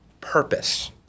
purpose